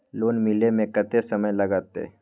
Loan मिले में कत्ते समय लागते?